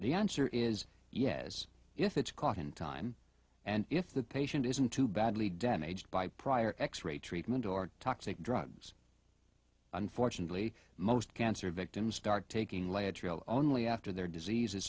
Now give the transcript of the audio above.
the answer is yes if it's caught in time and if the patient isn't too badly damaged by prior x ray treatment or toxic drugs unfortunately most cancer victims start taking lead only after their disease